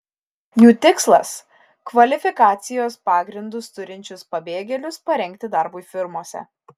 jų tikslas kvalifikacijos pagrindus turinčius pabėgėlius parengti darbui firmose